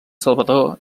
salvador